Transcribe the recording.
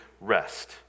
rest